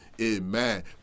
Amen